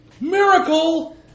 Miracle